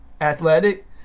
athletic